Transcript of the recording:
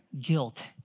guilt